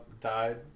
died